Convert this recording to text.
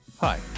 Hi